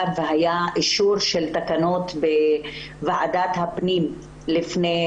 ולפני כחודש היה אישור של תקנות בוועדת הפנים.